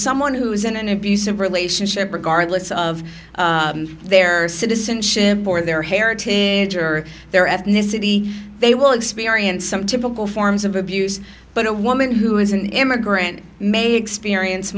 someone who is in an abusive relationship regardless of their citizenship or their heritage or their ethnicity they will experience some typical forms of abuse but a woman who is an immigrant made experience